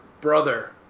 brother